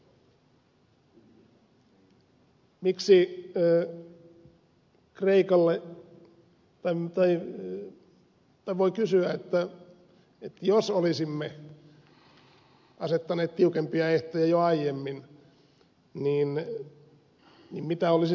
voi kysyä että jos olisimme asettaneet tiukempia ehtoja jo aiemmin niin mitä olisi seurannut